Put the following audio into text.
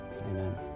Amen